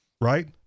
right